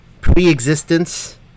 pre-existence